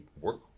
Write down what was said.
work